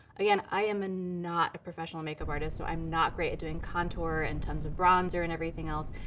again, i am ah not a professional makeup artist, so i am not great at doing contour and tons of bronzer and everything else.